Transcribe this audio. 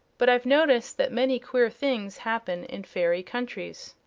but i've noticed that many queer things happen in fairy countries.